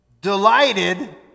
Delighted